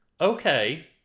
okay